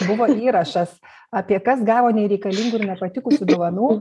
buvo įrašas apie kas gavo nereikalingų ir nepatikusių dovanų